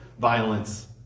violence